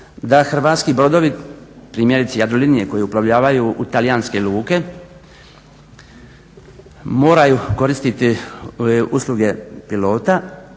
da hrvatski brodovi primjerice Jadrolinije koji uplovljavaju u talijanske luke moraju koristiti moraju